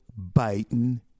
Biden